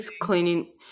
cleaning